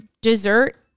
dessert